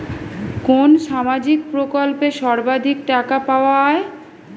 কোন সামাজিক প্রকল্পে সর্বাধিক টাকা পাওয়া য়ায়?